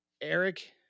Eric